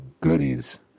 Goodies